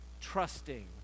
trusting